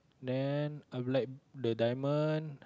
then I would like the diamond